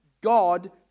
God